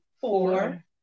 four